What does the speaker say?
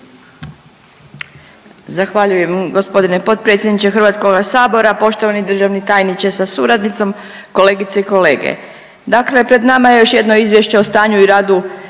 Zahvaljujem. g. potpredsjedniče HS-a. Poštovani državni tajniče sa suradnicom, kolegice i kolege. Dakle, pred nama je još jedno Izvješće o stanju i radu